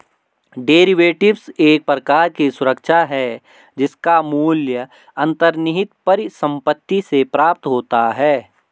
derivatives एक प्रकार की सुरक्षा है जिसका मूल्य अंतर्निहित परिसंपत्ति से प्राप्त होता है